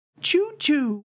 Choo-choo